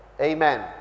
amen